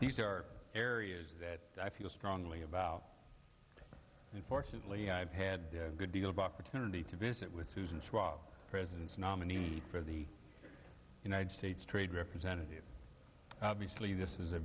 these are areas that i feel strongly about and fortunately i've had a good deal of opportunity to visit with susan schwab president's nominee for the united states trade representative obviously this is a